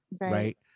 Right